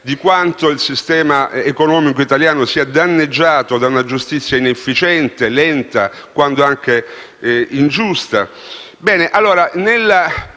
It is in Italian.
quanto il sistema economico italiano sia danneggiato da una giustizia inefficiente, lenta quand'anche ingiusta.